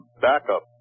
backup